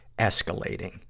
escalating